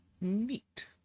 Neat